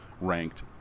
ranked